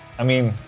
i mean.